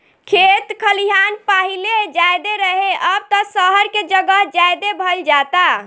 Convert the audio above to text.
खेत खलिहान पाहिले ज्यादे रहे, अब त सहर के जगह ज्यादे भईल जाता